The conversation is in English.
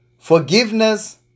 forgiveness